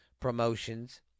Promotions